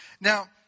Now